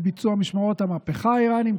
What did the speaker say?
בביצוע משמרות המהפכה האיראניים.